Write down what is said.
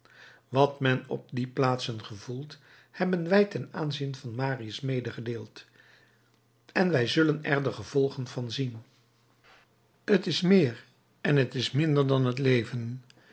wat men op die plaatsen gevoelt hebben wij ten aanzien van marius medegedeeld en wij zullen er de gevolgen van zien t is meer en t is minder dan het leven